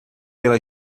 pela